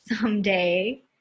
someday